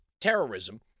terrorism